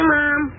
Mom